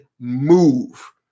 move